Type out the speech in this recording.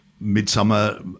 Midsummer